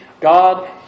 God